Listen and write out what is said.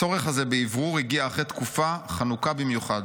הצורך הזה באוורור הגיע אחרי תקופה חנוקה במיוחד"